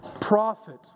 Prophet